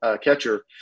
catcher